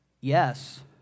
yes